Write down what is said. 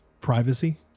privacy